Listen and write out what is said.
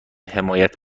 حمایت